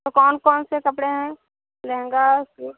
कौन कौन से कपड़े हैं लहंगा सूट